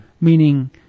Meaning